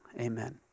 Amen